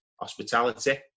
hospitality